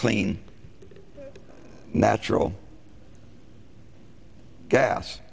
clean natural gas